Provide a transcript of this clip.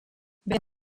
bere